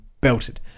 belted